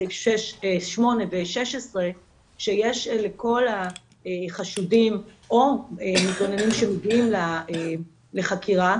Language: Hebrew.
סעיף 8 ו-16 שיש לכל החשודים או מתלוננים שהגיעו לחקירה,